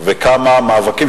וכמה מאבקים,